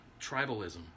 tribalism